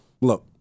look